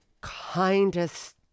kindest